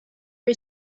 are